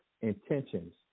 intentions